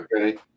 Okay